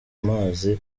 amazi